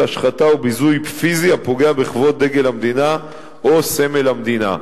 השחתה או ביזוי פיזי הפוגע בכבוד דגל המדינה או סמל המדינה.